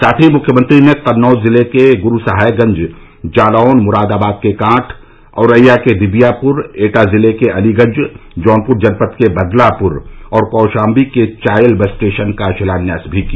साथ ही मुख्यमंत्री ने कन्नौज जिले के गुरसहायगंज जालौन मुरादाबाद के कांठ औरैया के दिबियापुर एटा जिले के अलीगंज जौनपुर जनपद के बदलापुर और कौशाम्बी के चायल बस स्टेशन का शिलान्यास भी किया